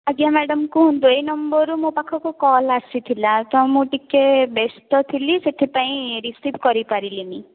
ଆଜ୍ଞା ମାଡାମ କୁହନ୍ତୁ ଏଇ ନମ୍ବରରୁ ମୋ ପାଖକୁ କଲ ଆସିଥିଲା ତ ମୁଁ ଟିକେ ବ୍ୟସ୍ତ ଥିଲି ତ ସେଥିପାଇଁ ରିସିଭ କରିପାରିଲିନି